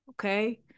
Okay